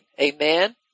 amen